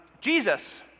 Jesus